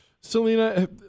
Selena